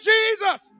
Jesus